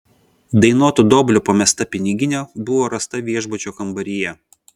dainoto doblio pamesta piniginė buvo rasta viešbučio kambaryje